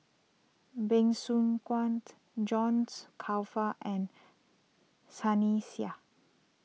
Bey Soo Khiang Johns Crawfurd and Sunny Sia